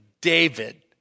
David